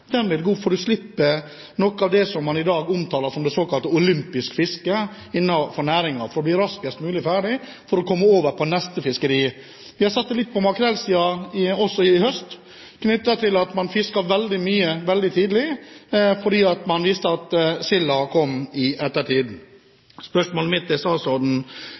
vil gå opp fordi man slipper noe av det man i dag innenfor næringen omtaler som såkalt olympisk fiske for å bli raskest mulig ferdig, og for å komme over på neste fiskeri. Vi har sett det litt på makrellsiden også i høst, knyttet til at man fisket veldig mye veldig tidlig fordi man visste at silda kom i ettertid. Spørsmålet mitt til statsråden